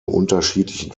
unterschiedlichen